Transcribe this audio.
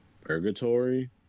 purgatory